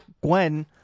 gwen